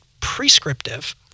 prescriptive